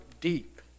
deep